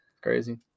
Crazy